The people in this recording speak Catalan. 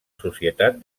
societat